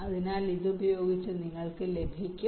അതിനാൽ ഇത് ഉപയോഗിച്ച് നിങ്ങൾക്ക് ലഭിക്കും